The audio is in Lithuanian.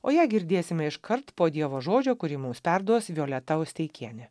o ją girdėsime iškart po dievo žodžio kurį mums perduos violeta osteikienė